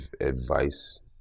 advice